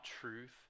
truth